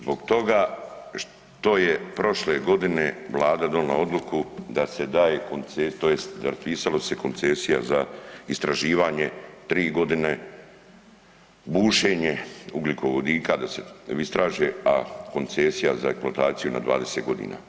Zbog toga što je prošle godine Vlada donijela odluku da se daje koncesija, tj. da se napisalo se koncesija za istraživanje 3 g., bušenje ugljikovodika, da se istraže a koncesija za eksploataciju na 20 godina.